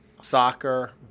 Soccer